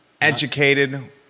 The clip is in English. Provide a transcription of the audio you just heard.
educated